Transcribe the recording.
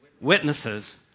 witnesses